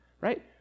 right